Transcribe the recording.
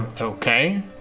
Okay